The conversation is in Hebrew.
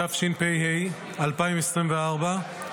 התשפ"ה 2024,